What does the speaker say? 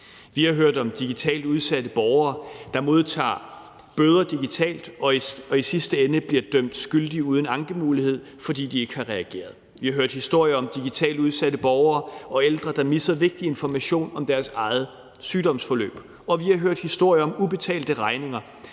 Vi har hørt om digitalt udsatte borgere, der modtager bøder digitalt og i sidste ende bliver dømt skyldige uden at have en ankemulighed, fordi de ikke har reageret. Vi har hørt historier om digitalt udsatte borgere, herunder ældre, der misser vigtig information om deres eget sygdomsforløb, og vi har hørt historier om ubetalte regninger,